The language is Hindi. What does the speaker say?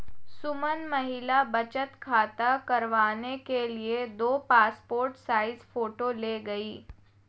सुमन महिला बचत खाता करवाने के लिए दो पासपोर्ट साइज फोटो ले गई